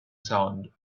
sound